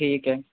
ٹھیک ہے